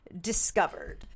discovered